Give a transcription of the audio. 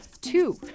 Two